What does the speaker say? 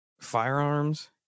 firearms